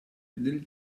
del